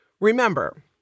Remember